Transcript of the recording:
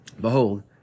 behold